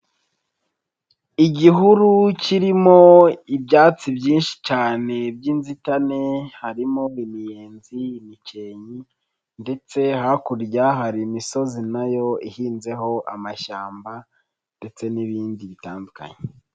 Igihuru kirimo ibyatsi byinshi cyane by'inzitane, harimo imiyenzi, imikenke ndetse hakurya hari imisozi na yo ihinzeho amashyamba ndetse n'ibindi bitandukanye.